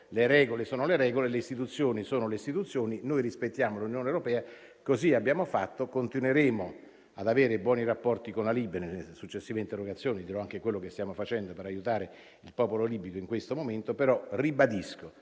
le regole sono le regole e le istituzioni sono le istituzioni. Noi rispettiamo l'Unione europea e così abbiamo fatto. Continueremo ad avere buoni rapporti con la Libia e, rispondendo alle successive interrogazioni, dirò anche quello che stiamo facendo per aiutare il popolo libico in questo momento. Ribadisco,